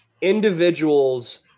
individuals